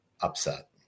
upset